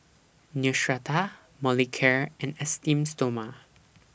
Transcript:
Neostrata Molicare and Esteem Stoma